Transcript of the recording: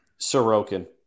Sorokin